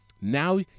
now